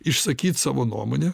išsakyt savo nuomonę